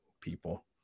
people